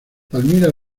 palmira